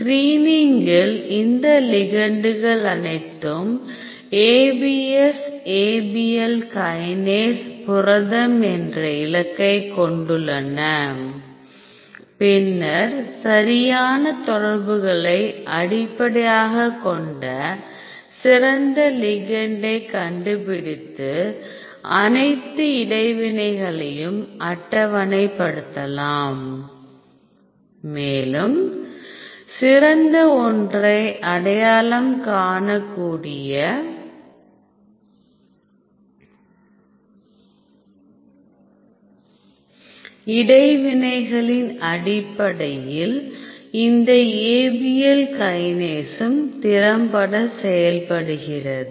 ஸ்கிரீனிங்கில் இந்த லிகெண்டுகள் அனைத்தும் Abs Abl கைனேஸ் புரதம் என்ற இலக்கைக் கொண்டுள்ளன பின்னர் சரியான தொடர்புகளை அடிப்படையாகக் கொண்ட சிறந்த லிகெண்டை கண்டுபிடித்து அனைத்து இடைவினைகளையும் அட்டவணைப்படுத்தலாம் மேலும் சிறந்த ஒன்றை அடையாளம் காணக்கூடிய இடைவினைகளின் அடிப்படையில் இந்த Abl கைனேசும் திறம்பட செயல்படுகிறது